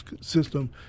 system